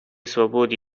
свободы